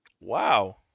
Wow